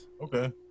okay